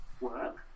work